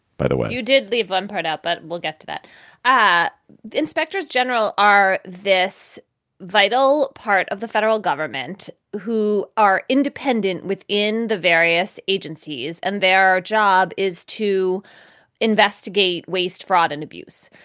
by the way you did leave one part out, but we'll get to that ah the inspectors general are this vital part of the federal government who are independent within the various agencies, and their job is to investigate waste, fraud and abuse.